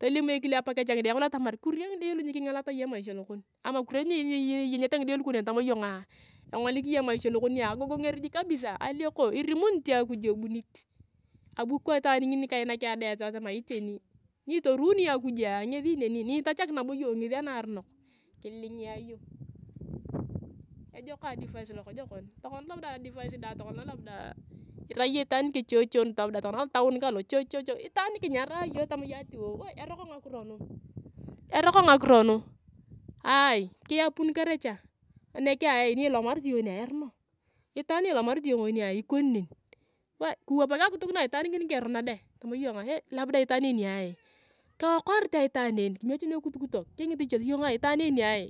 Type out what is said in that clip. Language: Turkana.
Tolim ekile apakech angide kangulu hatamar, kurira ngide le nyikingalata iyong emaisha lokon. Ama kuria ni iyenyete ngide lukon tama iyongea ingolik iyong emaisha lokonia agogongea jik kabisa alioko irimurit akuj ebunit. abu kwa itaan ngini kainak ayong deng etau atama iteni ni itoruni akujua ngesi neni nitachak nabo iyong ngesi anarunok kilingia iyong. ejok advice lokojon, tokona labda advice dae tokona labda irai iyong itaan nikechechion labda labda advice dae tokona labda irai iyong itaan nijechechion labda tokona alotaun kalo, choo! Choo! Choo! Itaan ni kinyarae iyong tama iyong ati woou eroko ngakiro nu, eroko ngakiro nu, aaai kiyapun karecha, nekea ni ilomarit iyong nea eruno itaan ni ilomarit iyong enia ikoni neke. wae kiwapak akituk na itaan kangini karuno dae tama iyong itaan enia labda keokarit ayong itaan en. kime chane ekutuktuk. kingit cha atamar itaan enia hee